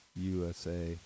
USA